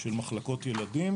של מחלקות ילדים.